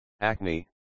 acne